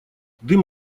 дым